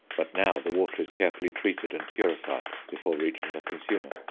but now the water is carefully treated and purified before reaching the consumer.